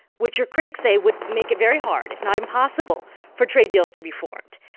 which your critics say would make it very hard, if not impossible, for trade deals to be formed.